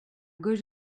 gauche